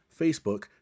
Facebook